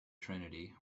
trinity